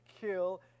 kill